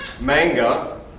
Manga